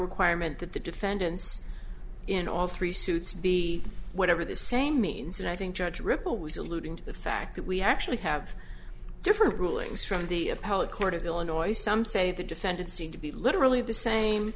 requirement that the defendants in all three suits be whatever the same means and i think judge ripple was alluding to the fact that we actually have different rulings from the appellate court of illinois some say the defendant seem to be literally the same